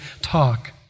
talk